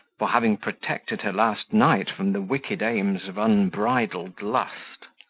for having protected her last night from the wicked aims of unbridled lust.